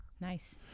Nice